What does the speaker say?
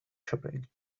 shopping